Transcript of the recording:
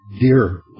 dear